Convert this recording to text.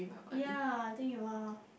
ye I think you are